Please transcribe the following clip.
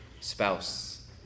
spouse